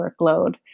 workload